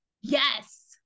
Yes